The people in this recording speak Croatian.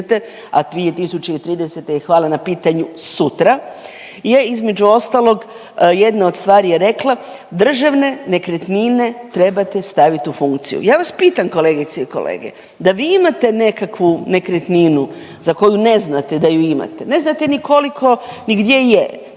a 2030. i hvala na pitanju sutra je između ostalog jedne od stvari je rekla Državne nekretnine trebate staviti u funkciju. Ja vas pitam kolegice i kolege, da vi imate nekakvu nekretninu za koju ne znate da ju imate, ne znate ni koliko ni gdje je,